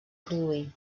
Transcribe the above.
produir